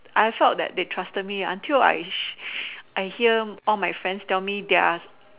I thought that they trusted me until I I hear all my friends tell me they are